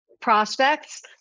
prospects